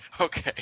Okay